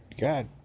God